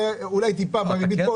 אולי טיפה בריבית.